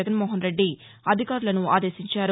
జగన్మోహన్ రెడ్డి అధికారులను ఆదేశించారు